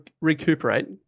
recuperate